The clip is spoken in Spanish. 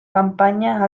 campaña